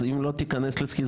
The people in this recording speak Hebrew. אז אם לא תיכנס לסכיזופרניה,